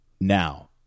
Now